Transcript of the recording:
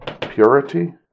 purity